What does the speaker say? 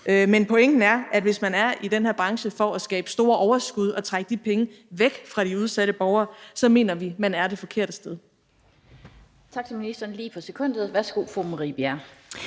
Men pointen er, at hvis man er i den her branche for at skabe store overskud og trække de penge væk fra de udsatte borgere, er man det forkerte sted.